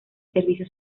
servicio